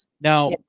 Now